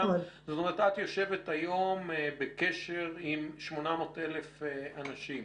זאת אומרת, את יושבת היום בקשר עם 800 אלף אנשים.